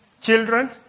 Children